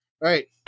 right